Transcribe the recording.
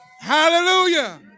Hallelujah